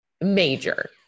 major